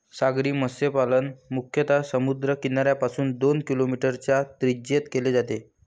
सागरी मत्स्यपालन मुख्यतः समुद्र किनाऱ्यापासून दोन किलोमीटरच्या त्रिज्येत केले जाते